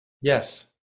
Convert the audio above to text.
Yes